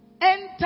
enter